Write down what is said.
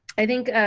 i think